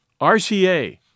RCA